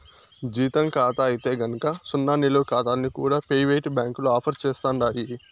జీతం కాతా అయితే గనక సున్నా నిలవ కాతాల్ని కూడా పెయివేటు బ్యాంకులు ఆఫర్ సేస్తండాయి